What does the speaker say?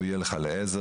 הוא יהיה לך גם לעזר.